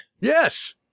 Yes